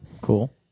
Cool